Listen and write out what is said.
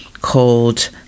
called